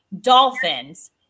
Dolphins